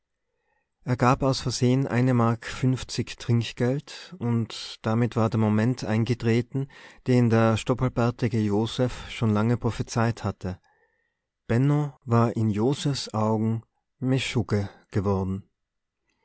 er gab aus versehen eine mark fünfzig trinkgeld und damit war der moment eingetreten den der stoppelbärtige joseph schon lange prophezeit hatte benno war in josephs augen meschugge geworden